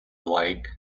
like